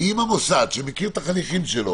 שמכיר את חניכיו,